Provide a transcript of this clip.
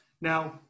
Now